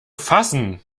fassen